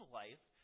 life